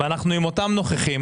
ואנחנו עם אותם נוכחים.